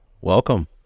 Welcome